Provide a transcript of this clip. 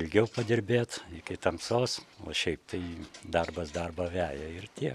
ilgiau padirbėt iki tamsos o šiaip tai darbas darbą veja ir tiek